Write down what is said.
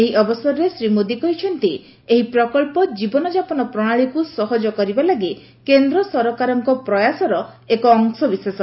ଏହି ଅବସରରେ ଶ୍ରୀ ମୋଦୀ କହିଛନ୍ତି ଏହି ପ୍ରକଳ୍ପ ଜୀବନଯାପନ ପ୍ରଣାଳୀକୁ ସହଜ କରିବା ଲାଗି କେନ୍ଦ୍ର ସରକାରଙ୍କ ପ୍ରୟାସର ଏକ ଅଂଶବିଶେଷ